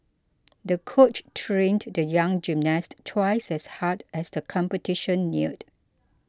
the coach trained the young gymnast twice as hard as the competition neared